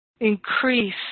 Increase